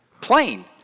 plain